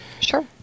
Sure